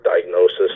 diagnosis